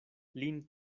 lin